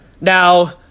Now